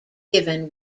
given